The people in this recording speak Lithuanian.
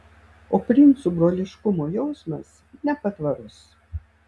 o princų broliškumo jausmas nepatvarus